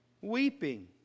Weeping